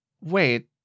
wait